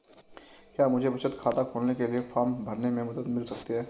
क्या मुझे बचत खाता खोलने के लिए फॉर्म भरने में मदद मिल सकती है?